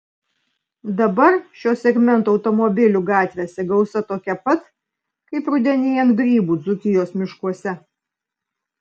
dabar šio segmento automobilių gatvėse gausa tokia pat kaip rudenėjant grybų dzūkijos miškuose